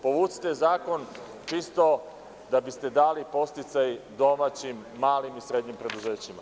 Povucite zakon, čisto da biste dali podsticaj domaćim malim i srednjim preduzećima.